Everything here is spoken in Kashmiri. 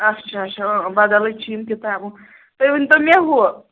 اچھا اچھا اۭں بَدَلٕے چھِ یِم کِتابہٕ تُہۍ ؤنۍ تَو مےٚ ہُہ